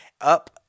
up